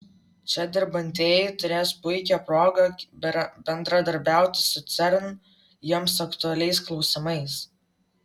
čia dirbantieji turės puikią progą bendradarbiauti su cern jiems aktualiais klausimais